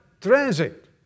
transit